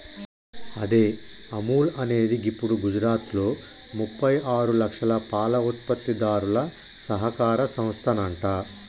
అదే అముల్ అనేది గిప్పుడు గుజరాత్లో ముప్పై ఆరు లక్షల పాల ఉత్పత్తిదారుల సహకార సంస్థనంట